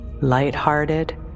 lighthearted